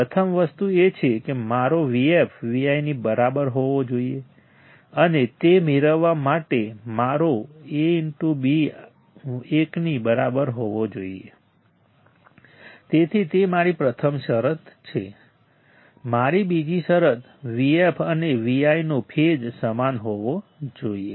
પ્રથમ વસ્તુ એ છે કે મારો Vf Vi ની બરાબર હોવો જોઈએ અને તે મેળવવા માટે મારો Aβ 1 ની બરાબર હોવો જોઈએ તેથી તે મારી પ્રથમ શરત છે મારી બીજી શરત Vf અને Vi નો ફેઝ સમાન હોવો જોઈએ